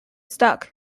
stuck